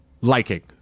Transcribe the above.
liking